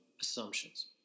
assumptions